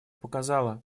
показала